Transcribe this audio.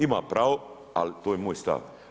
Ima pravo, ali to je moj stav.